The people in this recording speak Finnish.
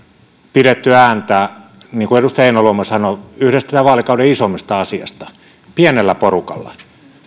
pidetty ääntä heinäluoma sanoi yhdestä tämän vaalikauden isoimmista asioista pienellä porukalla